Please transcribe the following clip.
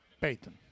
Payton